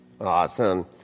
Awesome